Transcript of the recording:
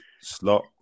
slot